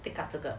take up 这个